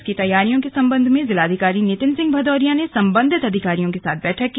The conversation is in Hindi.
इसकी तैयारियों के सम्बन्ध में जिलाधिकारी नितिन सिंह भदौरिया ने सम्बन्धित अधिकारियों के साथ बैठक की